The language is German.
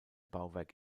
bauwerk